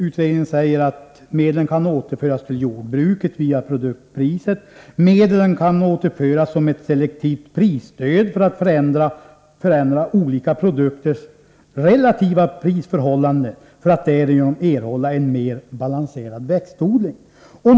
Utredningen säger att medlen kan återföras till jordbruket via produktpriset, eller som ett selektivt prisstöd för att förändra olika produkters relativa prisförhållande, så att man därigenom erhåller en mer balanserad växtodling.